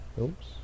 oops